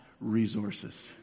resources